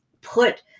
put